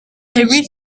reached